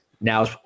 Now